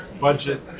budget